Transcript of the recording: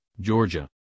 Georgia